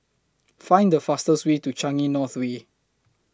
Find The fastest Way to Changi North Way